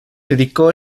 dedicó